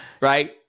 Right